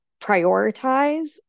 prioritize